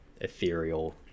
ethereal